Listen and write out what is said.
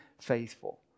faithful